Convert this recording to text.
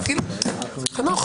לא, חנוך, מה?